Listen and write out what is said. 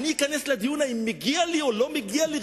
אני אכנס לדיון האם מגיע לי או לא מגיע לי,